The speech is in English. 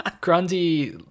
Grundy